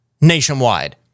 nationwide